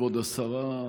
כבוד השרה,